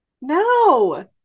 No